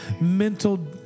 mental